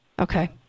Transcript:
Okay